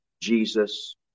Jesus